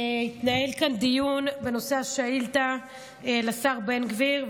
התנהל כאן דיון בנושא השאילתה לשר בן גביר,